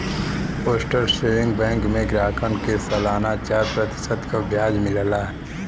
postal saving bank में ग्राहकन के सलाना चार प्रतिशत क ब्याज मिलला